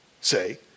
say